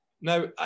Now